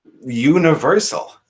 universal